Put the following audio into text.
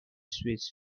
sweets